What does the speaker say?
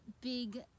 big